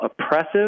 oppressive